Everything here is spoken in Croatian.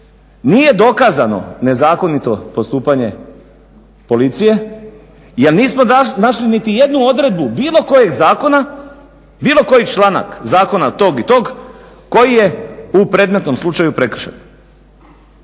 nije dokazano nezakonito postupanje policije jer nismo našli niti jednu odredbu bilo kojeg zakona, bilo koji članak zakona tog i tog koji je u predmetnom slučaju prekršaj.